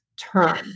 term